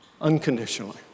unconditionally